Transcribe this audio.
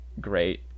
great